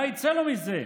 מה יצא לו מזה,